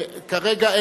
כרגע,